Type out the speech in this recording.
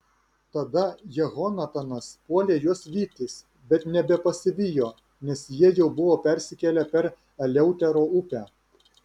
tada jehonatanas puolė juos vytis bet nebepasivijo nes jie jau buvo persikėlę per eleutero upę